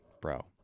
bro